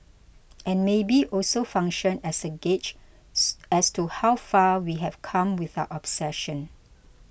and maybe also function as a gauge as to how far we have come with our obsession